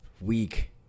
week